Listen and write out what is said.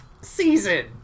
season